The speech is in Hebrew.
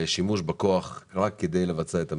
ושימוש בכוח רק כדי לבצע את המשימה.